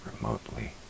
remotely